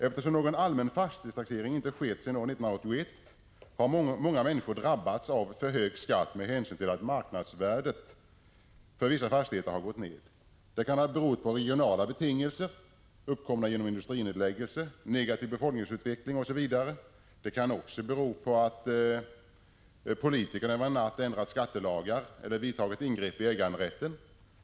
Eftersom någon allmän fastighetstaxering inte har skett sedan år 1981, har många människor drabbats av för hög skatt med hänsyn till att marknadsvärdet för vissa fastigheter har gått ned. Det kan ha berott på regionala betingelser uppkomna genom industrinedläggelse, negativ befolkningsutveckling, osv. Det kan också bero på att politikerna över en natt har ändrat skattelagar eller vidtagit ingrepp i äganderätten.